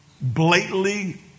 blatantly